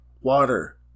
water